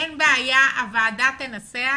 אין בעיה, הוועדה תנסח